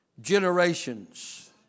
generations